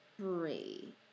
Three